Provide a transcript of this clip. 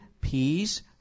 peace